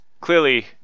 clearly